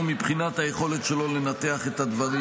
מבחינת היכולת שלו לנתח את הדברים.